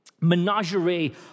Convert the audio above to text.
menagerie